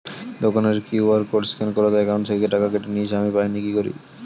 দোকানের QR code scan করাতে account থেকে টাকা কেটে নিয়েছে, আমি পাইনি কি করি?